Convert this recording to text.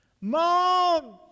Mom